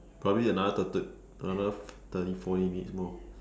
probably another thir~ another thirty forty minutes more